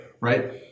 right